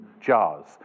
jars